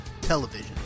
television